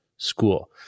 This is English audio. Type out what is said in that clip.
School